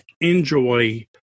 Enjoy